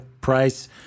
price